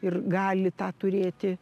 ir gali tą turėti